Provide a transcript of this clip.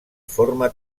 forma